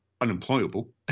unemployable